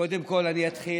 קודם כול, אני אתחיל.